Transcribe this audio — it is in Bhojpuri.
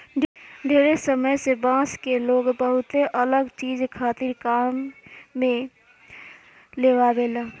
ढेरे समय से बांस के लोग बहुते अलग चीज खातिर काम में लेआवेला